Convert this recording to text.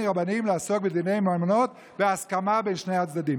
רבניים לעסוק בדיני ממונות בהסכמה בין שני הצדדים.